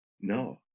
no